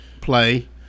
play